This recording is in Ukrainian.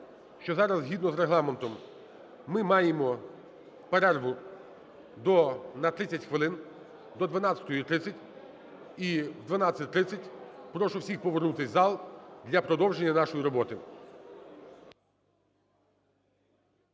що зараз згідно з Регламентом ми маємо перерву на 30 хвилин до 12:30. І о 12:30 прошу всіх повернутись у зал для продовження нашої роботи.